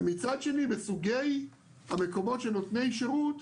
ומצד שני בסוגי המקומות שהם נותני שירות,